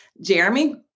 Jeremy